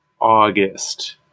August